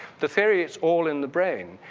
the theory is all in the brain,